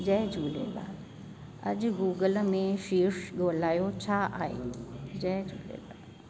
जय झूलेलाल अॼु गूगल में शीर्ष ॻोल्हियो छा आहे जय झूलेलाल